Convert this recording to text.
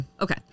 okay